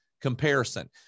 comparison